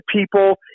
people